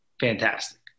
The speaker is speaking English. fantastic